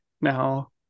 now